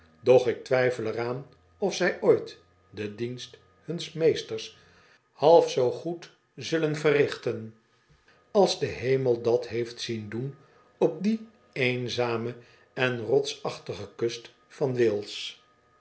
doch ik twijfel er aan of zij ooit den dienst huns meesters half zoo goed zullen verrichten als de hemel dat heeft zien doen op die eenzame en rotsachtige kust van wales